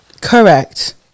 Correct